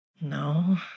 No